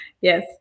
Yes